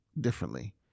differently